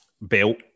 belt